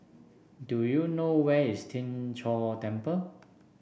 do you know where is Tien Chor Temple